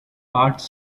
arts